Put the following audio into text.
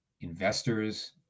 investors